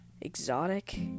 exotic